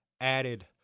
added